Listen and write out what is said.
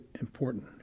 important